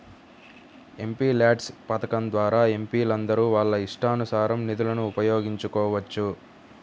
MPLADS పథకం ద్వారా ఎంపీలందరూ వాళ్ళ ఇష్టానుసారం నిధులను ఉపయోగించుకోవచ్చు